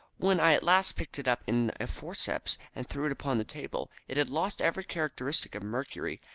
when i at last picked it up in a forceps, and threw it upon the table, it had lost every characteristic of mercury,